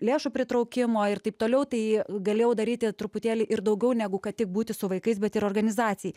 lėšų pritraukimo ir taip toliau tai galėjau daryti truputėlį ir daugiau negu kad tik būti su vaikais bet ir organizacijai